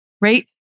right